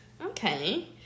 okay